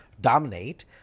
dominate